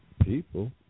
people